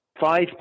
five